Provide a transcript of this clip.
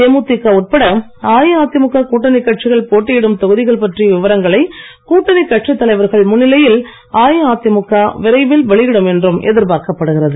தேமுதிக உட்பட அஇஅதிமுக கூட்டணிக் கட்சிகள் போட்டியிடும் தொகுதிகள் பற்றிய விவரங்களை கூட்டணிக் கட்சித் தலைவர்கள் முன்னிலையில் அஇஅதிமுக விரைவில் வெளியிடும் என்றும் எதிர்பார்க்கப்படுகிறது